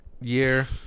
year